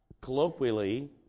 colloquially